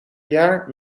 jaar